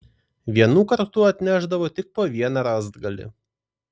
vienu kartu atnešdavo tik po vieną rąstgalį